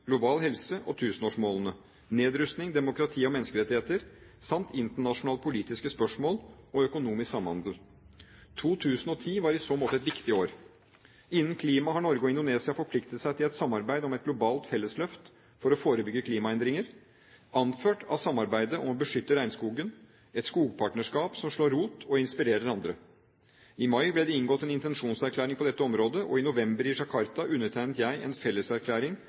global helse, tusenårsmålene, nedrustning, demokrati og menneskerettigheter, samt internasjonale politiske spørsmål og økonomisk samhandel. 2010 var i så måte et viktig år. Innen klima har Norge og Indonesia forpliktet seg til et samarbeid om et globalt fellesløft for å forebygge klimaendringer, anført av samarbeidet om å beskytte regnskogen – et skogpartnerskap som slår rot og inspirerer andre. I mai ble det inngått en intensjonsavtale på dette området, og i november i Jakarta undertegnet jeg en felleserklæring